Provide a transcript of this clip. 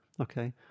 okay